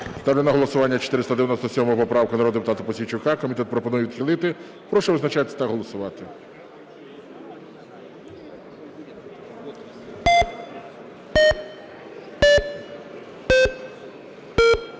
Ставлю на голосування 497 поправку народного депутата Пузійчука. Комітет пропонує відхилити. Прошу визначатись та голосувати.